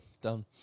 Done